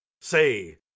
say